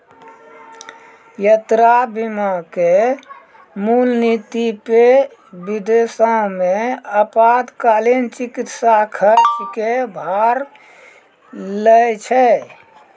यात्रा बीमा के मूल नीति पे विदेशो मे आपातकालीन चिकित्सा खर्च के भार लै छै